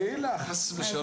חלילה, חס ושלום.